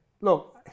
look